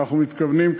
ואנחנו מתכוונים,